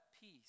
peace